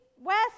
west